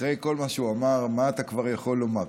אחרי כל מה שהוא אמר, מה אתה כבר יכול לומר?